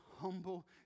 humble